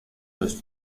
los